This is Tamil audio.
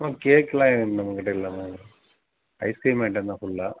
ஆ கேக்கெலாம் நம்மக்கிட்ட இல்லைம்மா ஐஸ் கிரீம் ஐட்டம்தான் ஃபுல்லாக